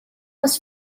was